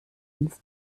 ins